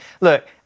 look